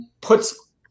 puts